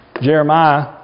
Jeremiah